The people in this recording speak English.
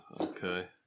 okay